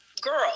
girl